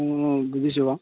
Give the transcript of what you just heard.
অঁ বুজিছোঁ বাৰু